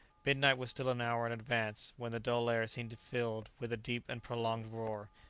midnight was still an hour in advance, when the dull air seemed filled with a deep and prolonged roar,